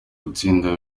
gutsinda